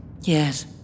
Yes